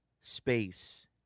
space